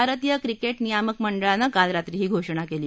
भारतीय क्रिकेशनियामक मंडळानं काल रात्री ही घोषणा केली